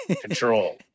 Control